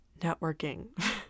networking